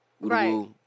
Right